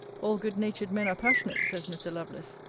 all good-natured men are passionate, says mr. lovelace.